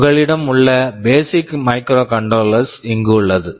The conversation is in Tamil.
உங்களிடம் உள்ள பேசிக் basic மைக்ரோபிராசஸர்ஸ் microprocessor இங்குள்ளது